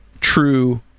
true